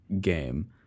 game